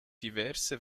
diverse